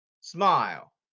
smile